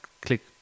click